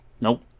Nope